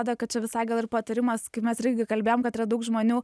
tada kad čia visai gal ir patarimas kai mes irgi kalbėjom kad yra daug žmonių